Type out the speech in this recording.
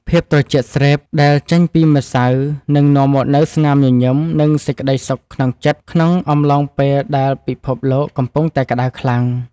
ភាពត្រជាក់ស្រេបដែលចេញពីម្សៅនឹងនាំមកនូវស្នាមញញឹមនិងសេចក្តីសុខក្នុងចិត្តក្នុងអំឡុងពេលដែលពិភពលោកកំពុងតែក្តៅខ្លាំង។